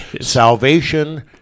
Salvation